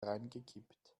reingekippt